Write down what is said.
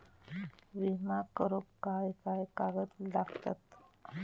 विमा करुक काय काय कागद लागतत?